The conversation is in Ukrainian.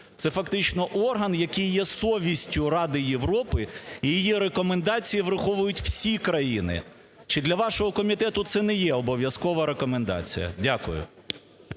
це фактично орган, який є совістю Ради Європи, і її рекомендації враховують всі країни. Чи для вашого комітету це не є обов'язкова рекомендація? Дякую.